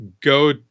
go